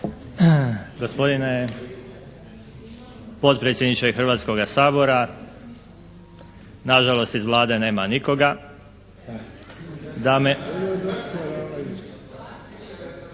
Gospodine potpredsjedniče Hrvatskoga sabora, na žalost iz Vlade nema nikoga, dame